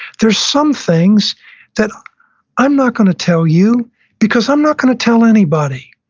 there's some things that i'm not going to tell you because i'm not going to tell anybody.